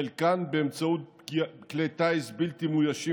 חלקן באמצעות כלי טיס בלתי מאוישים